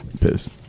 piss